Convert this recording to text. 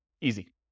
Easy